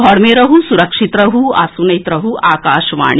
घर मे रहू सुरक्षित रहू आ सुनैत रहू आकाशवाणी